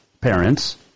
parents